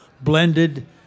blended